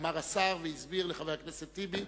אמר השר והסביר לחבר הכנסת טיבי,